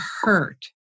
hurt